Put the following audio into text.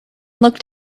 looked